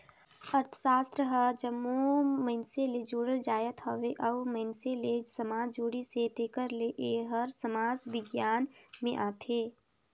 अर्थसास्त्र हर जम्मो मइनसे ले जुड़ल जाएत हवे अउ मइनसे ले समाज जुड़िस हे तेकर ले एहर समाज बिग्यान में आथे